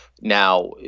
now